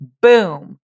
boom